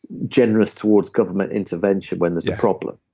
generous towards government intervention when there's a problem.